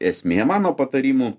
esmė mano patarimų